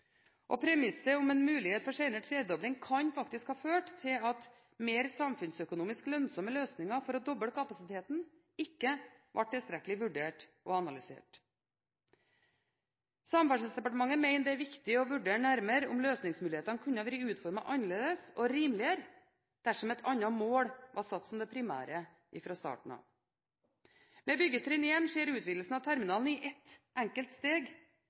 Premisset om en mulighet for senere tredobling kan faktisk ha ført til at mer samfunnsøkonomisk lønnsomme løsninger for å doble kapasiteten ikke var tilstrekkelig vurdert og analysert. Samferdselsdepartementet mener det er viktig å vurdere nærmere om løsningsmulighetene kunne vært utformet annerledes og rimeligere dersom et annet mål var satt som det primære fra starten av. Med byggetrinn 1 skjer utvidelsen av terminalen i ett enkelt steg,